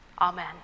Amen